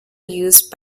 used